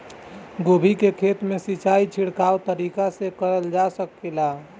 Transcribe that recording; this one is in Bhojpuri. गोभी के खेती में सिचाई छिड़काव तरीका से क़रल जा सकेला?